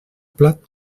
plat